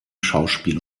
schauspiel